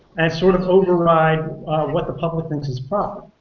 and sort of override what the public thinks is but